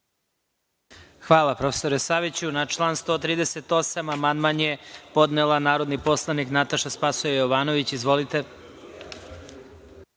Hvala, profesore Saviću. Na član 138. amandman je podnela narodni poslanik Nataša Sp. Jovanović. Da li